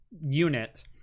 unit